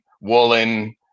Woolen